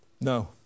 No